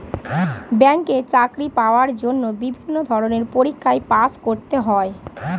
ব্যাংকে চাকরি পাওয়ার জন্য বিভিন্ন ধরনের পরীক্ষায় পাস করতে হয়